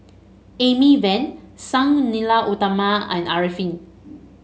Amy Van Sang Nila Utama and Arifin